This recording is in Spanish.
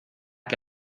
que